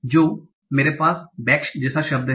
तो मेरे पास बेक जैसा शब्द है